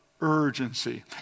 urgency